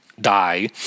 die